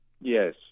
Yes